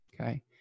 Okay